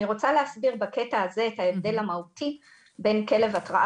אני רוצה להסביר בקטע הזה את ההבדל המהותי בין כלב התרעה